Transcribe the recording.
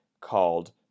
called